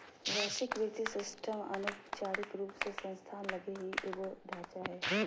वैश्विक वित्तीय सिस्टम अनौपचारिक रूप से संस्थान लगी ही एगो ढांचा हय